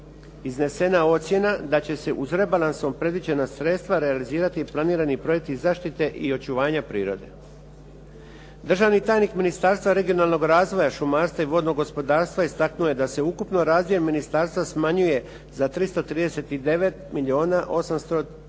iznesena ocjena da će se uz rebalansom predviđena sredstva realizirati planirani projekti zaštite i očuvanja prirode. Državni tajnik Ministarstva regionalnog razvoja, šumarstva i vodnog gospodarstva istaknu je da se ukupno razdio ministarstva smanjuje za 339 milijuna 803 tisuće